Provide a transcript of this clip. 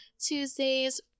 Tuesdays